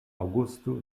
aŭgusto